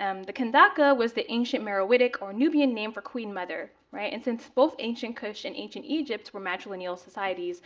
ah um the kandake ah was the ancient meroitic or nubian name for queen mother. and since both ancient kush and ancient egypt were matrilineal societies,